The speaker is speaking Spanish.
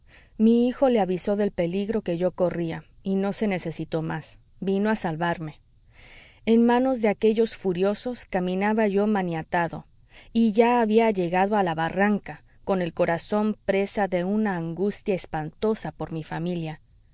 mi hijo le avisó del peligro que yo corría y no se necesitó más vino a salvarme en manos de aquellos furiosos caminaba yo maniatado y ya había llegado a la barranca con el corazón presa de una angustia espantosa por mi familia